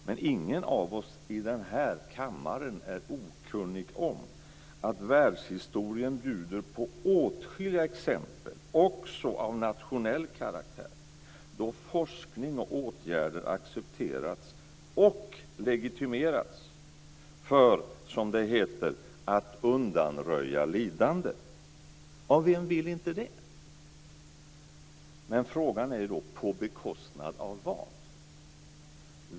Men ingen av oss i denna kammare är okunnig om att världshistorien bjuder på åtskilliga exempel också av nationell karaktär på att forskning och åtgärder accepterats och legitimerats för att, som det heter, undanröja lidande. Vem vill inte det? Men frågan är: På bekostnad av vad?